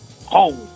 home